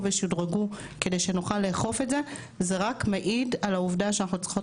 וישודרגו כדי שנוכל לאכוף את זה זה רק מעיד על העובדה שאנחנו צריכות